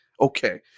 Okay